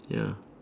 ya